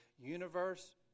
universe